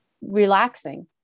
relaxing